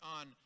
on